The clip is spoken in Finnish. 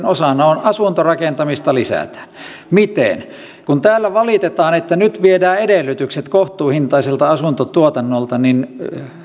osana on asuntorakentamista lisää miten kun täällä valitetaan että nyt viedään edellytykset kohtuuhintaiselta asuntotuotannolta niin